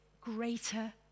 greater